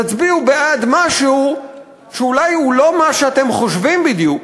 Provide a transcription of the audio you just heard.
תצביעו בעד משהו שאולי הוא לא מה שאתם חושבים בדיוק,